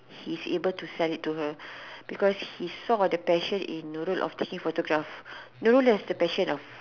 he's able to sell it to her because he saw the passion in Nurul of taking photograph Nurul has the passion of